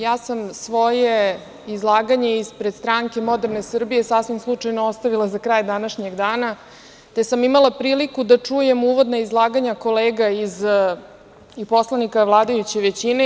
Ja sam svoje izlaganje ispred Stranke Moderne Srbije, sasvim slučajno ostavila za kraj današnjeg dana, te sam imala priliku da čujem uvodno izlaganje kolega i poslanika vladajuće većine.